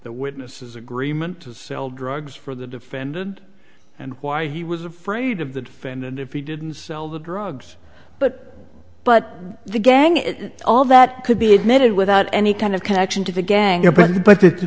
the witnesses agreement to sell drugs for the defendant and why he was afraid of the defendant if he didn't sell the drugs but but the gang is all that could be admitted without any kind of connection to the gang